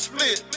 Split